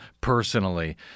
personally